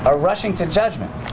ah rush to judgment